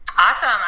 Awesome